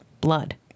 Blood